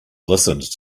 listened